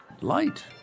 light